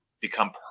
become